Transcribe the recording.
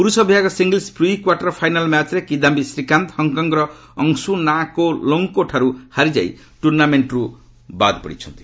ପୁରୁଷ ବିଭାଗ singles pre' quarter final ମ୍ୟାଚ୍ରେ କିଦାୟୀ ଶ୍ରୀକାନ୍ତ ହଙ୍କକଙ୍ଗ୍ର ଅଙ୍ଗୁସ୍ ନା କା ଲୋଙ୍ଗ୍ଙ୍କଠାରୁ ହାରି ଯାଇ ଟୁର୍ଷ୍ଣାମେଣ୍ଟରୁ ବାଦ୍ ପଡ଼ିଛନ୍ତି